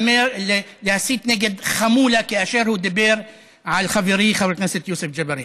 של להסית נגד חמולה כאשר הוא דיבר על חברי חבר הכנסת יוסף ג'בארין.